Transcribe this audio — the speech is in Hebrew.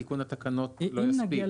התיקון לתקנות לא מספיק.